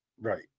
Right